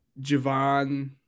Javon